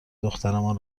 دخترمان